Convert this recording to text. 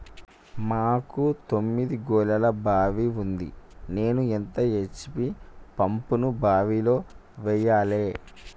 మాకు తొమ్మిది గోళాల బావి ఉంది నేను ఎంత హెచ్.పి పంపును బావిలో వెయ్యాలే?